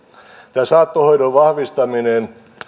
saattohoidon vahvistaminen